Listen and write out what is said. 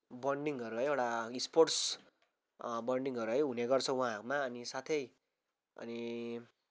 bonding घर हो है एउटा स्पोर्ट्स बोन्डिङ घर है हुने गर्छ उहाँहरूमा अनि साथै अनि